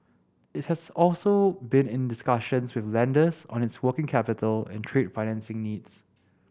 it has also been in discussions with lenders on its working capital and trade financing needs